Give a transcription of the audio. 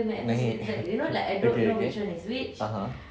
naik okay okay (uh huh)